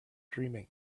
dreaming